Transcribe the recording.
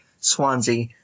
Swansea